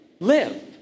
Live